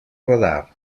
radar